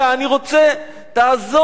תעזור לי,